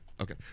okay